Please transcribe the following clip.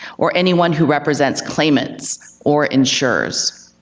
or anyone who represents claimants or insurers.